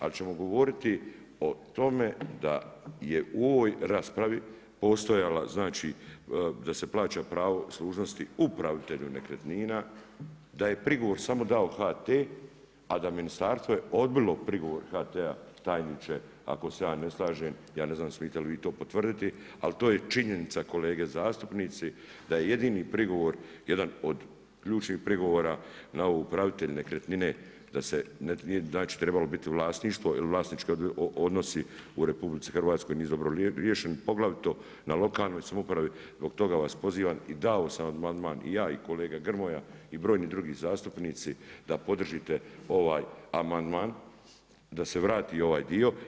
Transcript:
Ali ćemo govoriti o tome da je u ovoj raspravi postojala znači, da se plaća pravo služnosti upravitelju nekretnina, da je prigovor samo dao HT a da ministarstvo je odbilo prigovor HT-a, tajniče ako se ja ne slažem, ja ne znam smijete li vi to potvrditi, ali to je činjenica, kolege zastupnici da je jedini prigovor, jedan od ključnih prigovora na ovo upravitelja nekretnine da se znači trebalo biti vlasništvo, jer vlasnički odnosi u RH nisu dobro riješeni, poglavito na lokalnoj samoupravi, zbog toga vas pozivam i dao sam amandman i ja i kolega Grmoja, i brojni drugi zastupnici da podržite ovaj amandman, da se vrati ovaj dio.